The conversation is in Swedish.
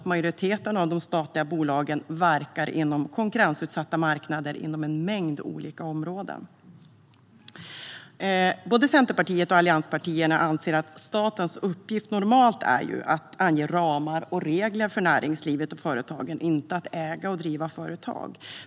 Majoriteten av de statliga bolagen verkar dessutom på konkurrensutsatta marknader inom en mängd olika områden. Både Centerpartiet och de övriga allianspartierna anser att statens uppgift normalt är att ange ramar och regler för näringslivet och företagen, inte att äga och driva företag.